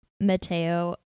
Mateo